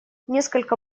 несколько